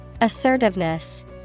Assertiveness